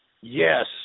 Yes